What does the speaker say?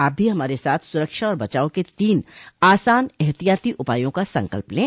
आप भी हमारे साथ सुरक्षा और बचाव के तीन आसान एहतियाती उपायों का संकल्प लें